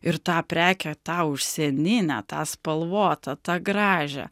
ir tą prekę tą užsieninę tą spalvotą tą gražią